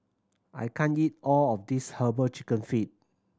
I can't eat all of this Herbal Chicken Feet